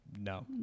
no